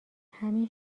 همین